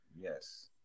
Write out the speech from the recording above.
Yes